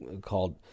called